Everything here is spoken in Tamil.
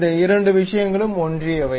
இந்த இரண்டு விஷயங்களும் ஒன்றியவை